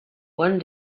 one